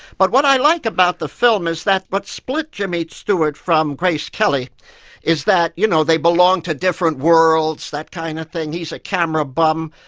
but what i like about the film is that what split jimmy stewart from grace kelly is that you know they belonged to different worlds, that kind of thing, he's a camera bum,